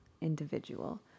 individual